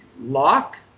lock